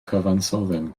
cyfansoddyn